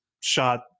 shot